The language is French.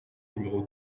numéro